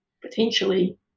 potentially